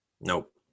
Nope